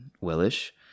well-ish